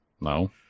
No